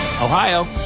Ohio